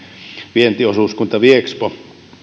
vientiosuuskunta viexpo